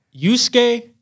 Yusuke